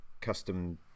custom